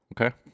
okay